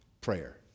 prayer